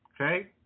okay